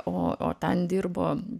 o o ten dirbo